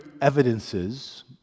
evidences